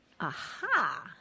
Aha